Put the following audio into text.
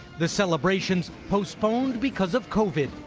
the celebration postponed because of covid,